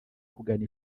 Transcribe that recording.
kugana